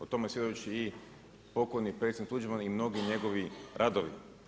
O tome svjedoči i pokojni predsjednik Tuđman i mnogi njegovi radovi.